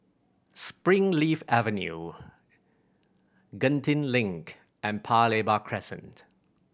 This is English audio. Springleaf Avenue Genting Link and Paya Lebar Crescent